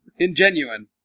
Ingenuine